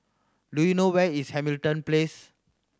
do you know where is Hamilton Place